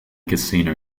casino